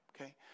okay